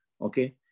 Okay